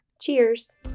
Cheers